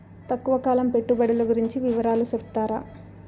తక్కువ కాలం పెట్టుబడులు గురించి వివరాలు సెప్తారా?